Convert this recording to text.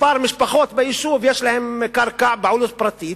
לכמה משפחות ביישוב יש קרקע בבעלות פרטית,